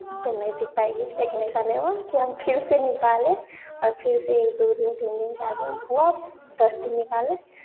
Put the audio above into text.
तुम नहीं सीख पाएगी लेकिन ऐसा नहीं हुआ कि हम फिर से निकाले और फिर से दो दिन तीन दिन चार दिन हुआ दस दिन निकाले